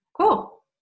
cool